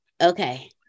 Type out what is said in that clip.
Okay